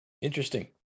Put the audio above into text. interesting